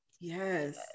Yes